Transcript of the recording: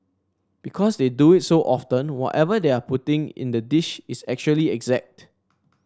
because they do it so often whatever they are putting in the dish is actually exact